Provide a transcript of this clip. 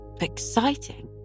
exciting